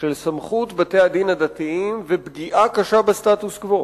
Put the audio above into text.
של סמכות בתי-הדין הרבניים ופגיעה קשה בסטטוס-קוו.